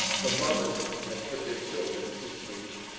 the mothers had put their children to sleep,